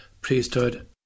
priesthood